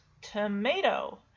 tomato